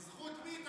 בזכות מי?